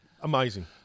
Amazing